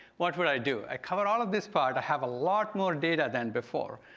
what would i do? i covered all of this part. i have a lot more data than before.